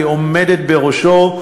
כעומדת בראשו,